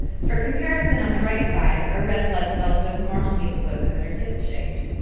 for comparison, on the right side, are red blood cells with normal hemoglobin that are diff shaped.